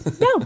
No